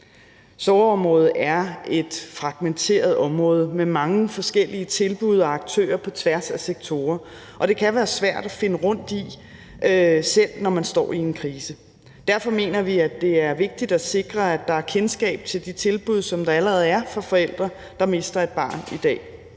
Sorgområdet er et fragmenteret område med mange forskellige tilbud og aktører på tværs af sektorer, og det kan være svært at finde rundt i selv, når man står i en krise. Derfor mener vi, at det er vigtigt at sikre, at der er kendskab til de tilbud, som der allerede er i dag for forældre, der mister et barn.